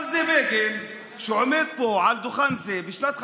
אבל זה בגין שעומד פה על דוכן זה בשנת 1951,